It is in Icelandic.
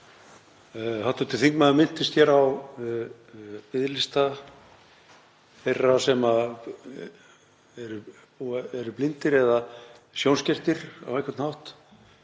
halda. Hv. þingmaður minntist hér á biðlista þeirra sem eru blindir eða sjónskertir á einhvern hátt.